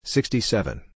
Sixty-seven